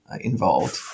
involved